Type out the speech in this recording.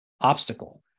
obstacle